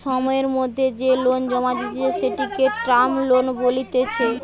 সময়ের মধ্যে যে লোন জমা দিতেছে, সেটিকে টার্ম লোন বলতিছে